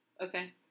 Okay